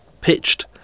pitched